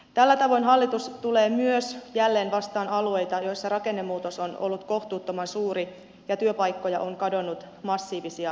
tällä tavoin hallitus tulee jälleen myös vastaan alueita joilla rakennemuutos on ollut kohtuuttoman suuri ja työpaikkoja on kadonnut massiivisia määriä